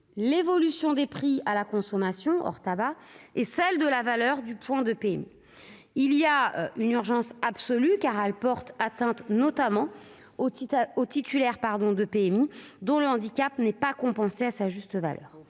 l'évolution des prix à la consommation, hors tabac, et celle de la valeur du point de PMI. Il s'agit d'une urgence absolue, tant cette différence porte atteinte, notamment, aux titulaires de PMI dont le handicap n'est pas compensé à sa juste valeur.